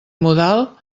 modal